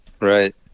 right